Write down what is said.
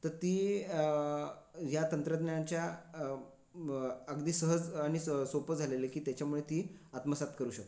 तं ती या तंत्रज्ञानाच्या ब अगदी सहज आणि स सोप्पं झालेलं आहे की त्याच्यामुळे ती आत्मसात करू शकतो